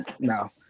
No